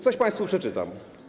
Coś państwu przeczytam.